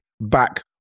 back